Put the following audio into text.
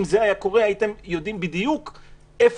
אם זה היה קורה הייתם יודעים בדיוק לאן